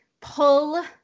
pull